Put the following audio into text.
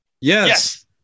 Yes